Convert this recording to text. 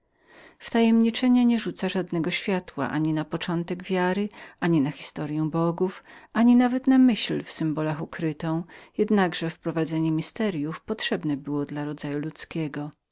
wtajemniczenie nie rzuca żadnego światła ani na początek wiary ani na historyę bogów ani nawet na myśl w godłach ukrytą jednakże zaprowadzenie tajemnic potrzebnem było dla rodzaju ludzkiego